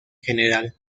general